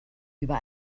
über